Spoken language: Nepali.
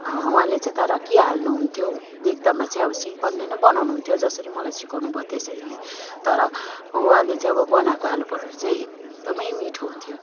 उहाँले चाहिँ तर के हाल्नु हुन्थ्यो देख्दामा चाहिँ अब सिम्पल नै बनाउनु हुन्थ्यो जसरी मलाई सिकाउनु भयो त्यसरी नै तर उहाँले चाहिँ अब बनाएको आलु पराठा चाहिँ एकदमै मिठो हुन्थ्यो